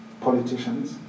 politicians